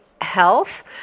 health